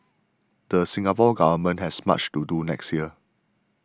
the Singapore Government has much to do next year